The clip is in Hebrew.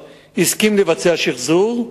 בשבת הגיעו שוטרים מלווים בחשוד וביצעו שחזור,